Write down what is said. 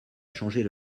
changer